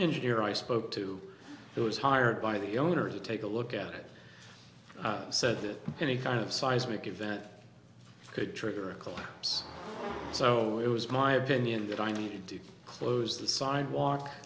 engineer i spoke to who was hired by the owner to take a look at it said that any kind of seismic event could trigger a collapse so it was my opinion that i needed to close the sidewalk